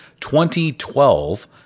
2012